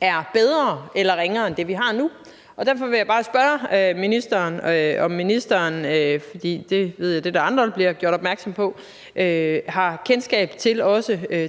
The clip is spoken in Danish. er bedre eller ringere end det, vi har nu. Derfor vil jeg bare spørge ministeren, om ministeren – fordi det ved jeg der er andre der er blevet gjort opmærksom på – også har kendskab til